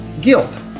guilt